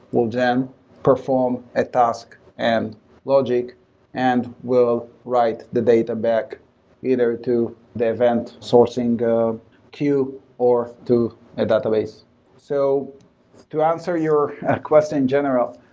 will then perform a task and logic and will write the data back either to the event sourcing queue or to a database so to answer your question in general,